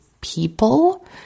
people